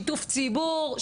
שיתוף ציבור,